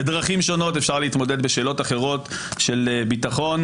בדרכים שונות אפשר להתמודד בשאלות אחרות של ביטחון.